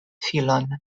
filon